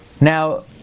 Now